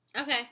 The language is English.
Okay